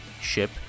ship